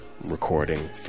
recording